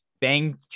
bang